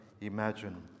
imagine